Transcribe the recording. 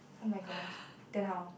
oh my gosh then how